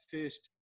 first